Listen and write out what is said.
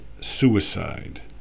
suicide